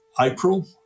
April